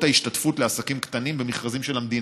ההשתתפות לעסקים קטנים במכרזים של המדינה.